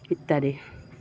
ইত্যাদি